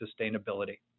sustainability